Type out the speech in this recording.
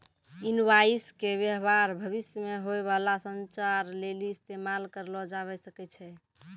invoice के व्य्वहार भविष्य मे होय बाला संचार लेली इस्तेमाल करलो जाबै सकै छै